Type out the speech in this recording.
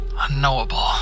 Unknowable